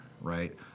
right